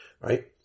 right